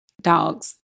Dogs